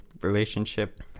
relationship